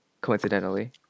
coincidentally